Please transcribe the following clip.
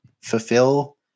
fulfill